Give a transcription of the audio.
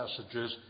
passages